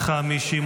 נתקבלו.